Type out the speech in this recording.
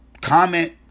comment